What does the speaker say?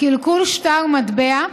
קלקול שטר מטבע,